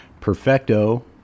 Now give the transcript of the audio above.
Perfecto